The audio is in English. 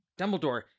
Dumbledore